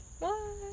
Bye